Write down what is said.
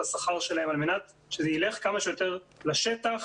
השכר שלהם על מנת שנלך כמה שיותר לשטח,